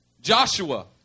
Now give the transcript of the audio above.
Joshua